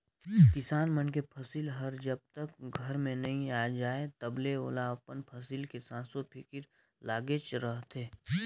किसान मन के फसिल हर जब तक घर में नइ आये जाए तलबे ओला अपन फसिल के संसो फिकर लागेच रहथे